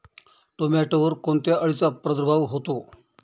टोमॅटोवर कोणत्या अळीचा प्रादुर्भाव होतो?